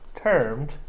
termed